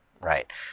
right